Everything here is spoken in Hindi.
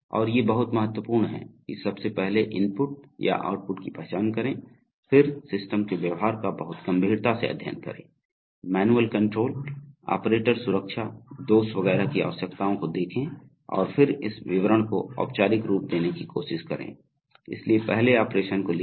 और ये बहुत महत्वपूर्ण हैं कि सबसे पहले इनपुट या आउटपुट की पहचान करें फिर सिस्टम के व्यवहार का बहुत गंभीरता से अध्ययन करें मैनुअल कंट्रोल ऑपरेटर सुरक्षा दोष वगैरह की आवश्यकताओं को देखें और फिर इस विवरण को औपचारिक रूप देने की कोशिश करें इसलिए पहले ऑपरेशन को लिखें